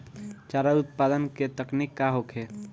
चारा उत्पादन के तकनीक का होखे?